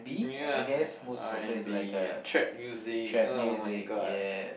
ya R and B trap music oh my god